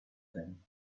thing